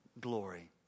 glory